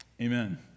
Amen